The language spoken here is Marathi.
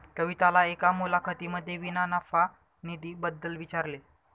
कविताला एका मुलाखतीमध्ये विना नफा निधी बद्दल विचारले